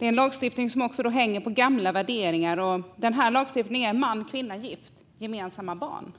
Lagstiftningen vilar alltså på gamla värderingar, och i lagstiftningen är man och kvinna gifta och har gemensamma barn.